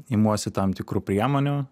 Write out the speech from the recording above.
imuosi tam tikrų priemonių